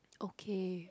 okay